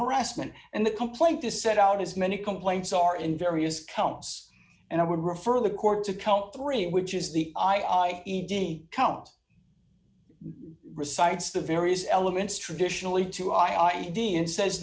harassment and the complaint is set out as many complaints are in various counts and i would refer the court to count three which is the i e d count recites the various elements traditionally to id it says